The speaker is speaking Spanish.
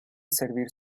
servir